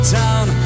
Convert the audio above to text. town